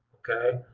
okay?